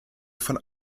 von